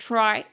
Try